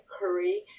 Curry